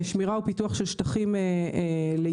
שמירה ופיתוח של שטחים לעיבוד,